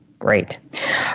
great